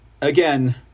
Again